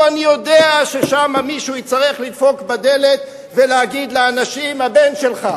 הלוא אני יודע ששם מישהו יצטרך לדפוק בדלת ולהגיד לאנשים: הבן שלך.